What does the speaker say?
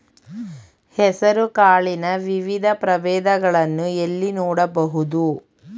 ಹೆಸರು ಕಾಳಿನ ವಿವಿಧ ಪ್ರಭೇದಗಳನ್ನು ಎಲ್ಲಿ ನೋಡಬಹುದು?